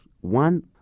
one